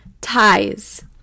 Ties